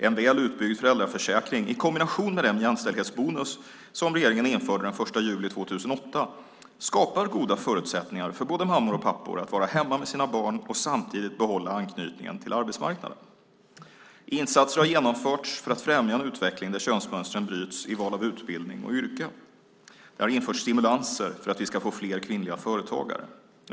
En väl utbyggd föräldraförsäkring i kombination med den jämställdhetsbonus som regeringen införde den 1 juli 2008 skapar goda förutsättningar för både mammor och pappor att vara hemma med sina barn och samtidigt behålla anknytningen till arbetsmarknaden. Insatser har genomförts för att främja en utveckling där könsmönstren bryts i val av utbildning och yrke. Det har införts stimulanser för att vi ska få fler kvinnliga företagare.